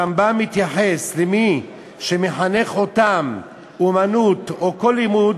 הרמב"ם מתייחס למי שמחנך אותם אומנות או כל לימוד,